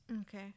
Okay